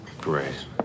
Great